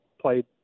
played